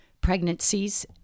pregnancies